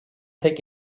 tek